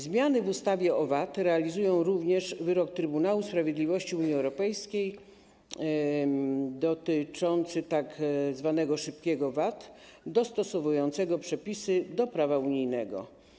Zmiany w ustawie o VAT realizują również wyrok Trybunału Sprawiedliwości Unii Europejskiej dotyczący tzw. szybkiego VAT, dostosowując przepisy do prawa unijnego.